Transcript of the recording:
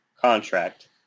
contract